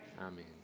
Amen